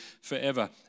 forever